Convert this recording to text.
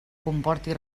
comporti